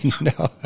No